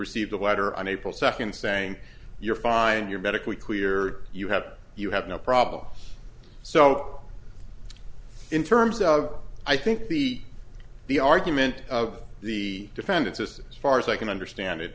received a letter on april second saying you're fine your medically cleared you have you have no problems so in terms of i think the the argument of the defendants as far as i can understand it